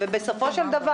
בסופו של דבר,